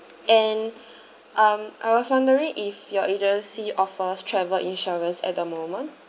and um I was wondering if your agency offers travel insurance at the moment